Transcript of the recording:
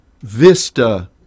vista